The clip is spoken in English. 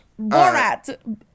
Borat